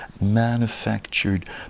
manufactured